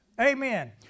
Amen